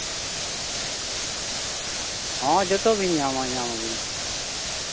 ᱦᱚᱸ ᱡᱚᱛᱚ ᱵᱤᱱ ᱧᱟᱢᱟ ᱧᱟᱢᱟᱵᱤᱱ ᱡᱚᱛᱚ